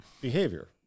behavior